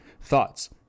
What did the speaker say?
thoughts